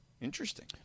interesting